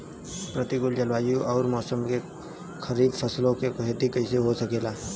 प्रतिकूल जलवायु अउर मौसम में खरीफ फसलों क खेती कइसे हो सकेला?